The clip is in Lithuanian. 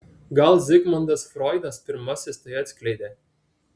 gal zigmundas froidas pirmasis tai atskleidė